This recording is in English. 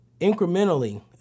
incrementally